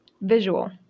visual